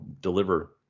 deliver –